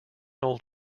old